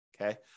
Okay